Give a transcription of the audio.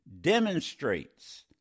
demonstrates